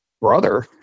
brother